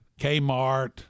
Kmart